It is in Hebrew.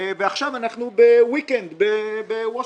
ועכשיו אנחנו ב-weekend בוושינגטון,